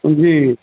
जी